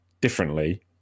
differently